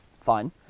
fine